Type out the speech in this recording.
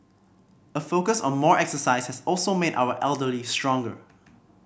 a focus on more exercise has also made our elderly stronger